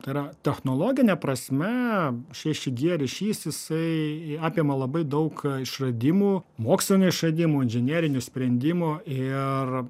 tai yra technologine prasme šeši gie ryšys jisai apima labai daug išradimų mokslinių išradimų inžinerinių sprendimų ir